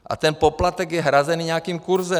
A ten poplatek je hrazený nějakým kurzem.